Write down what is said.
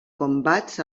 combats